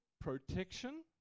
protection